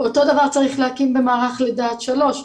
אותו דבר צריך להקים במערך לידה עד שלוש,